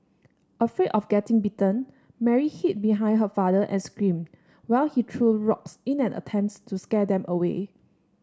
afraid of getting bitten Mary hid behind her father and screamed while he threw rocks in an attempt to scare them away